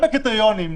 גם בקריטריונים,